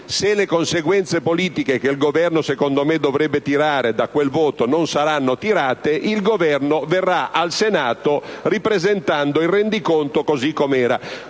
se le conseguenze politiche che il Governo a mio avviso dovrebbe tirare da quel voto non saranno tirate, il Governo verrà al Senato ripresentando il rendiconto così com'era.